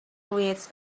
creates